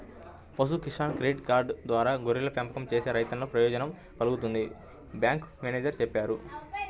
పశు Kisan credit card ద్వారా గొర్రెల పెంపకం చేసే రైతన్నలకు ప్రయోజనం కల్గుతుందని బ్యాంకు మేనేజేరు చెప్పారు